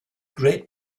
great